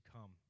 come